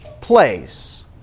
place